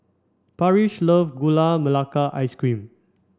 Parrish love Gula Melaka Ice Cream